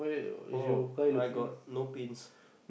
oh I got no pins